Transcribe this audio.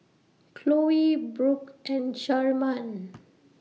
Khloe Brook and Sharman